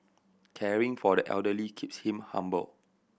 caring for the elderly keeps him humble